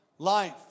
life